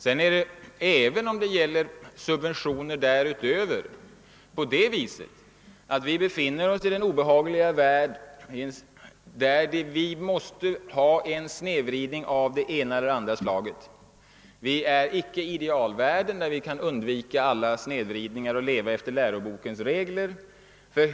Men även om det gäller subventioner därutöver förhåller det sig så att vi i den obehagliga verkligheten måste acceptera en snedvridning av det ena eller andra slaget; vi är icke i idealvärlden där vi kan undvika alla snedvridningar och leva efter lärobokens regler.